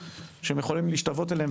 הם רואים דמויות שהם יכולים להשתוות אליהם.